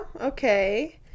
okay